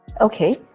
okay